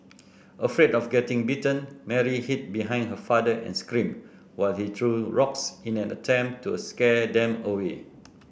afraid of getting bitten Mary hid behind her father and screamed while he threw rocks in an attempt to scare them away